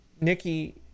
Nikki